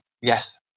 Yes